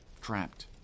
Trapped